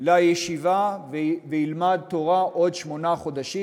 לישיבה וילמד תורה עוד שמונה חודשים.